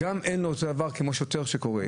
זה לא אותו דבר כמו שוטר שסורח.